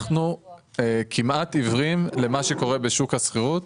אנחנו כמעט עיוורים למה שקורה בשוק השכירות.